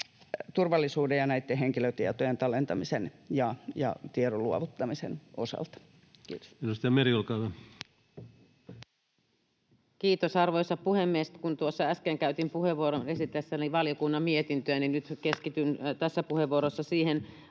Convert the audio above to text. turvallisuuden ja henkilötietojen tallentamisen ja tiedon luovuttamisen osalta. — Kiitos. Edustaja Meri, olkaa hyvä. Arvoisa puhemies! Kun tuossa äsken käytin puheenvuoron esitellessäni valiokunnan mietintöä, niin nyt keskityn tässä puheenvuorossa siihen